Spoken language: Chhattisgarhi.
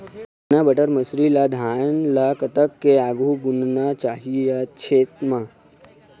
चना बटर मसरी ला धान ला कतक के आघु बुनना चाही या छेद मां?